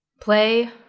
play